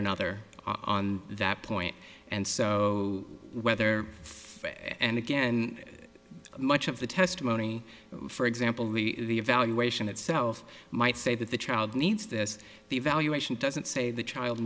another on that point and so whether phase and again much of the testimony for example the evaluation itself might say that the child needs this evaluation doesn't say the child